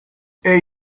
icbm